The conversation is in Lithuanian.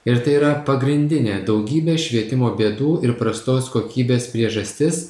ir tai yra pagrindinė daugybė švietimo bėdų ir prastos kokybės priežastis